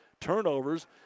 turnovers